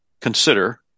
consider